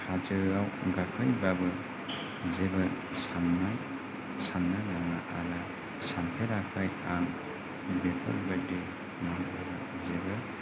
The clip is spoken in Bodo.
हाजोआव गाखोदोंब्लाबो जेबो साननाय साननो नाङा आरो सानफेराखै आं बेफोरबायदि जेबो